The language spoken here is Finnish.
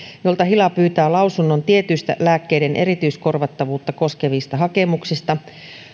jolta hila pyytää lausunnon tietyistä lääkkeiden erityiskorvattavuutta koskevista hakemuksista